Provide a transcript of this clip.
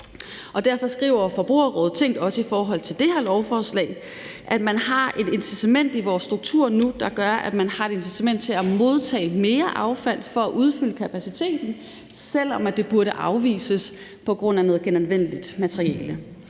Derfor skriver Forbrugerrådet Tænk også i forhold til det her lovforslag, at strukturen gør, at man har nu et incitament til at modtage mere affald for at udfylde kapaciteten, selv om det burde afvises på grund af noget genanvendeligt materiale.